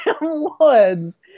woods